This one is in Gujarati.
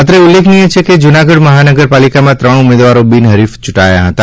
અત્રે ઉલ્લેખનીય છે કે જૂનાગઢ મહાનગરપાલિકામાં ત્રણ ઉમેદવારો બિનહરીફ ચૂંટાયા હતા